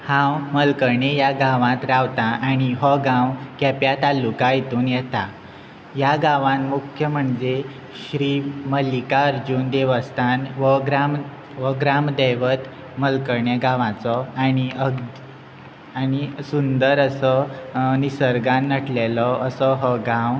हांव मलकणे ह्या गांवांत रावतां आनी हो गांव केप्या तालुका हातून येता ह्या गांवान मुख्य म्हणजे श्री मल्लिका अर्जून देवस्थान हो ग्राम हो ग्रामदैवत गांवाचो आनी आनी सुंदर असो निसर्गांत नाटलेलो असो हो गांव